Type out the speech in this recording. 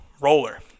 roller